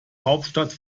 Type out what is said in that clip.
hauptstadt